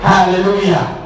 Hallelujah